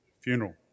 Funeral